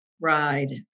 Ride